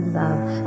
love